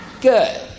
Good